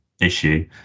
issue